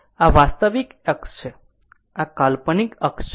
આ વાસ્તવિક અક્ષ છે આ કાલ્પનિક અક્ષ છે